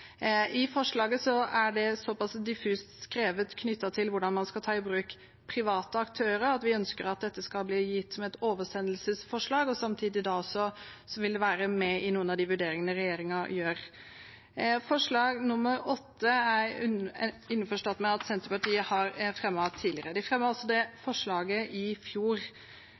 I forslaget er det såpass diffust skrevet knyttet til hvordan man skal ta i bruk private aktører, at vi ønsker at dette skal gjøres om til et oversendelsesforslag og samtidig være med i noen av de vurderingene regjeringen gjør. Når det gjelder forslag nr. 8, er vi innforstått med at Senterpartiet har fremmet det tidligere – de fremmet forslaget også i fjor.